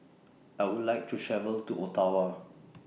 I Would like to travel to Ottawa